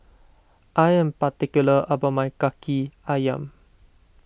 I am particular about my Kaki Ayam